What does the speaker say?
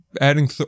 adding